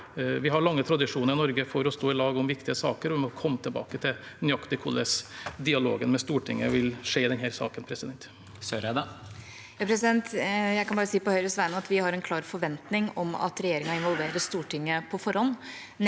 Vi har lange tradisjoner i Norge for å stå sammen om viktige saker, og vi må komme tilbake til nøyaktig hvordan dialogen med Stortinget vil skje i denne saken. Ine Eriksen Søreide (H) Jeg kan bare si på Høyres vegne at vi har en klar forventning om at regjeringa involverer Stortinget på forhånd,